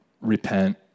repent